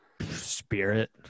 Spirit